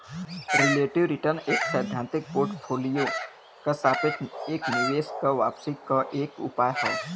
relative return एक सैद्धांतिक portfolio क सापेक्ष एक निवेश क वापसी क एक उपाय हौ